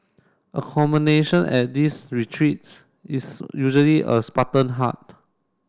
accommodation at these retreats is usually a spartan hut